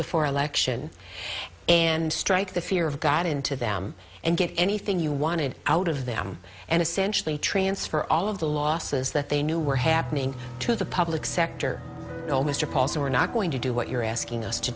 before election and strike the fear of god into them and get anything you wanted out of them and essentially transfer all of the losses that they knew were happening to the public sector no mr paulson we're not going to do what you're asking us to